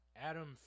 Adam